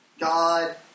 God